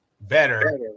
better